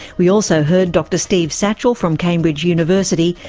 we also heard dr steve satchell from cambridge university,